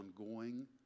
ongoing